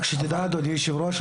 רק שתדע אדוני היושב-ראש,